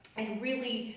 and really,